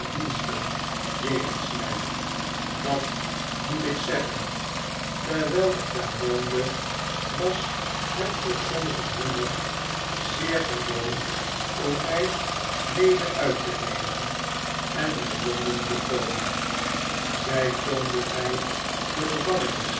gedienstig jegensmy dat moet ik zeggen terwyl ik daar woonde was het voor sommigen hunner zeer gewoon om mij mede uit te nemen en my londen te toonen zy toonden my de gevangenissen